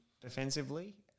defensively